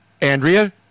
Andrea